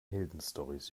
heldenstorys